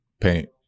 paint